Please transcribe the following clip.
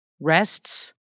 rests